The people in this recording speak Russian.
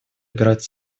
играть